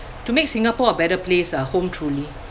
to make Singapore a better place ah home truly